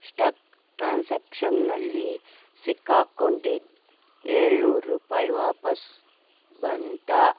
stuck ಟ್ರಾನ್ಸಾಕ್ಷನ್ನಲ್ಲಿ ಸಿಕ್ಕಾಕ್ಕೊಂಡಿದ್ದ ಏಳ್ನೂರು ರೂಪಾಯಿ ವಾಪಸ್ ಬಂತಾ